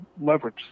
leverage